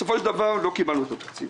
בסופו של דבר לא קיבלנו את התקציב